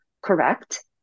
correct